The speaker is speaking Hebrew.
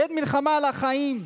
בעת מלחמה על החיים,